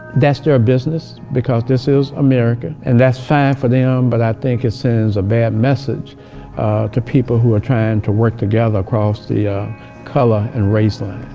that's their business, because this is america. and that's fine for them, but i think it sends a bad message to people who are trying to work together across the color and race line.